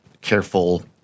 careful